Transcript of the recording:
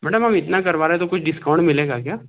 madam हम इतना करवा रहे तो कोई डिस्काउंट मिलेगा क्या